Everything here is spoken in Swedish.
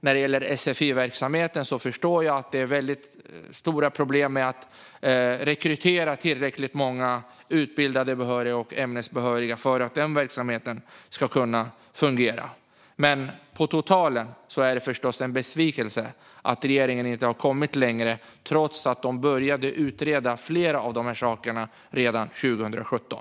När det gäller sfi-verksamheten förstår jag att det finns stora problem med att rekrytera tillräckligt många utbildade behöriga och ämnesbehöriga för att den verksamheten ska kunna fungera. Men på totalen är det förstås en besvikelse att regeringen inte har kommit längre, trots att de började utreda flera av de här sakerna redan 2017.